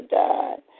died